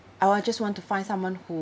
I want just want to find someone who